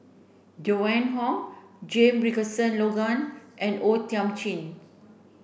Joan Hon Jame Richardson Logan and O Thiam Chin